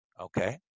Okay